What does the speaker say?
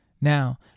Now